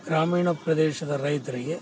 ಗ್ರಾಮೀಣ ಪ್ರದೇಶದ ರೈತರಿಗೆ